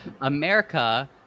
America